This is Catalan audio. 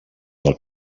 del